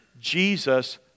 Jesus